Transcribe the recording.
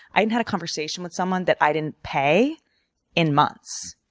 i hadn't had a conversation with someone that i didn't pay in months.